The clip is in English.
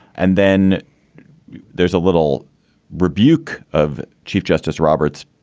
and then there's a little rebuke of chief justice roberts.